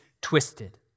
twisted